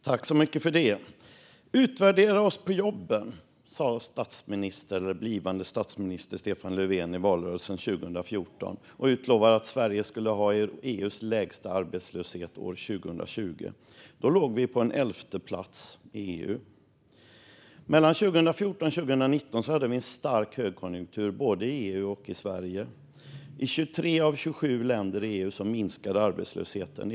Herr talman! Utvärdera oss på jobben, sa den blivande statsministern Stefan Löfven i valrörelsen 2014 och lovade att Sverige skulle ha EU:s lägsta arbetslöshet 2020. Då låg vi på elfte plats i EU. Mellan 2014 och 2019 hade vi en stark högkonjunktur både i EU och i Sverige. I 23 av 27 länder i EU minskade arbetslösheten.